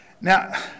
Now